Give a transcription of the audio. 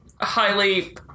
highly